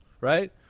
right